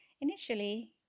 Initially